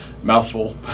mouthful